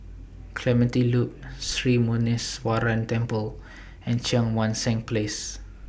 Clementi Loop Sri Muneeswaran Temple and Cheang Wan Seng Place